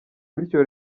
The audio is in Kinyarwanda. bityo